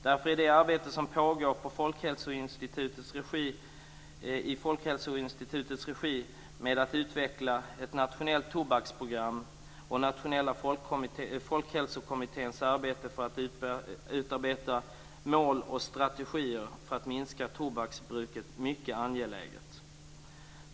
Därför är det arbete som pågår i Folkhälsoinstitutets regi med att utveckla ett nationellt tobaksprogram och Nationella folkhälsokommitténs arbete för att utarbeta mål och strategier för att minska tobaksbruket mycket angeläget.